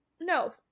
No